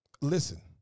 Listen